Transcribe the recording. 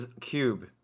Cube